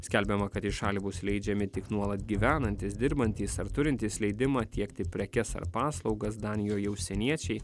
skelbiama kad į šalį bus įleidžiami tik nuolat gyvenantys dirbantys ar turintys leidimą tiekti prekes ar paslaugas danijoje užsieniečiai